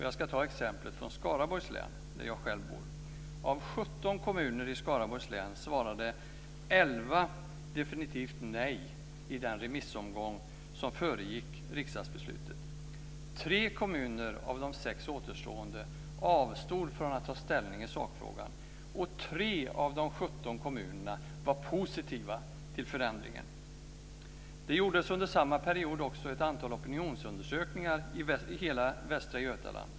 Jag ska ta exemplet från Skaraborgs län där jag själv bor. Av 17 kommuner i Skaraborgs län svarade elva definitivt nej i den remissomgång som föregick riksdagsbeslutet. Tre kommuner av de sex återstående avstod från att ta ställning i sakfrågan. Tre av de 17 kommunerna var positiva till förändringen. Det gjordes under samma period ett antal opinionsundersökningar i hela västra Götaland.